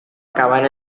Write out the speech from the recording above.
acabar